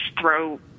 throw